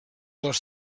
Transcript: les